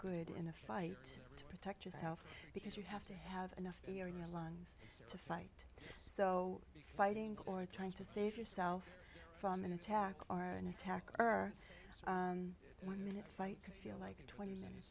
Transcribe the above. good in a fight to protect yourself because you have to have enough air in your lungs to fight so fighting or trying to save yourself from an attack or an attack or one minute fight feel like twenty minutes